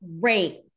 great